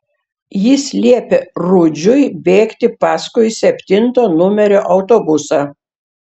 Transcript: jis liepė rudžiui bėgti paskui septinto numerio autobusą